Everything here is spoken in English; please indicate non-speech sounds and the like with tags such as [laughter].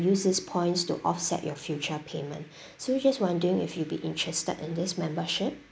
use these points to offset your future payment [breath] so just wondering if you'll be interested in this membership